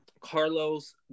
Carlos